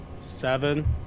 Seven